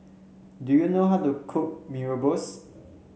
do you know how to cook Mee Rebus